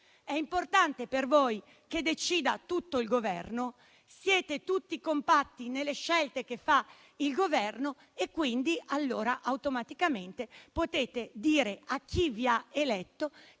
importante che decida tutto il Governo, siete tutti compatti nelle scelte che fa il Governo e quindi automaticamente potete dire a chi vi ha eletto